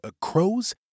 crows